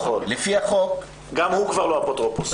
לפי החוק --- גם הוא כבר לא אפוטרופוס.